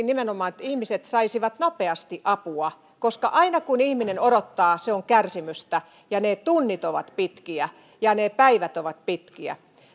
nimenomaan että ihmiset saisivat nopeasti apua koska aina kun ihminen odottaa se on kärsimystä ja ne tunnit ovat pitkiä ja ne päivät ovat pitkiä